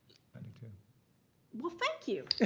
i do too. well, thank you.